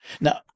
Now